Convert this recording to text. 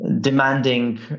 demanding